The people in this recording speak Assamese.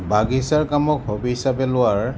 বাগিছাৰ কামক হবি হিচাপে লোৱাৰ